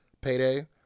payday